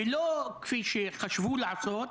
ולא כפי שחשבו לעשות,